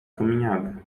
caminhada